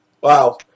Wow